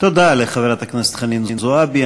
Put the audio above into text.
תודה לחברת הכנסת חנין זועבי.